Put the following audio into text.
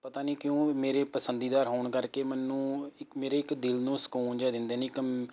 ਪਤਾ ਨਹੀਂ ਕਿਉ ਮੇਰੇ ਪਸੰਦੀਦਾ ਹੋਣ ਕਰਕੇ ਮੈਨੂੰ ਇੱਕ ਮੇਰੇ ਇੱਕ ਦਿਲ ਨੂੰ ਸਕੂਨ ਜਿਹਾ ਦਿੰਦੇ ਨੇ ਇੱਕ